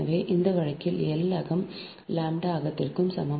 எனவே இந்த வழக்கில் L அகம் λ அகத்திற்கு சமம்